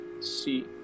see